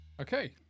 Okay